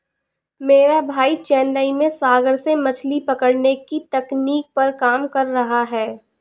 मेरा भाई चेन्नई में सागर से मछली पकड़ने की तकनीक पर काम कर रहा है